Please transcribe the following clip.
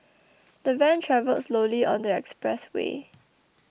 the van travelled slowly on the expressway